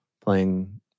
playing